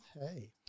Hey